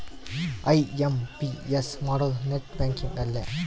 IMPS ಮಾಡೋದು net banking ಅಲ್ಲೆ